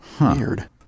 weird